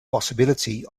possibility